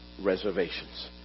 reservations